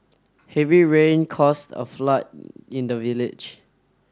heavy rain caused a flood in the village